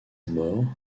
mort